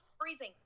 Freezing